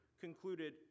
concluded